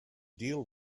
deal